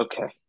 okay